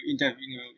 interview